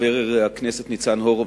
חבר הכנסת ניצן הורוביץ,